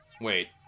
Wait